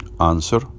Answer